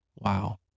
Wow